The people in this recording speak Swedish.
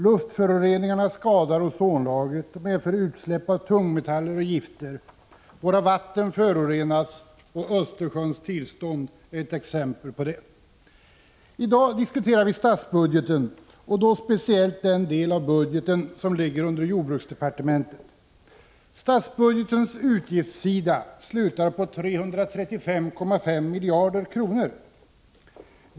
Luftföroreningarna skadar ozonlagret och medför utsläpp av tungmetaller och gifter. Våra vatten förorenas, och Östersjöns tillstånd är ett exempel på detta. I dag diskuterar vi statsbudgeten och då speciellt den del av budgeten som ligger under jordbruksdepartementet. Statsbudgetens utgiftssida slutar på 335,5 miljarder kronor.